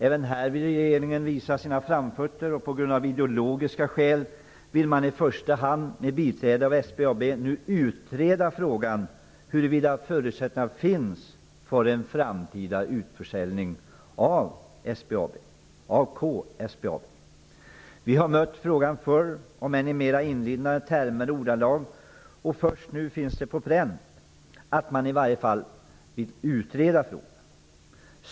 Även här vill regeringen visa sina framfötter, och på grund av ideologiska skäl vill man i första hand med biträde av SBAB nu utreda frågan huruvida förutsättningarna för en framtida utförsäljning av K-SBAB finns. Vi har mött frågan förr, om än i mer inlindade termer och ordalag. Men först nu finns det på pränt att man i varje fall vill utreda frågan.